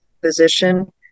physician